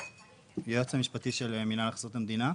היועץ המשפטי של מינהל הכנסות המדינה.